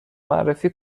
معرفی